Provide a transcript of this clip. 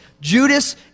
Judas